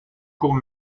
courts